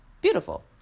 Beautiful